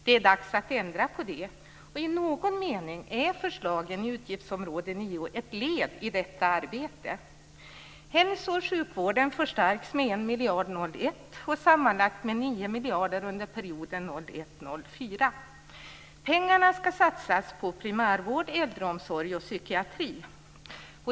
Det är dags att ändra på det, och i någon mening är förslagen i utgiftsområde 9 ett led i det arbetet. 2001 och med sammanlagt 9 miljarder under perioden 2001-2004. Pengarna ska satsa på primärvård, äldreomsorg och psykiatri.